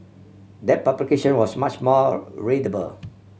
that publication was much more readable